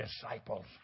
disciples